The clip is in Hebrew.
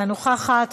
אינה נוכחת,